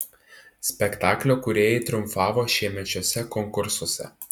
spektaklio kūrėjai triumfavo šiemečiuose konkursuose